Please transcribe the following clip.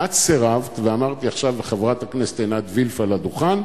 ואת סירבת ואמרת לי: עכשיו חברת הכנסת עינת וילף על הדוכן.